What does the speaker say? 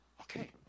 Okay